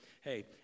hey